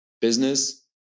business